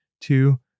two